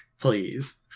please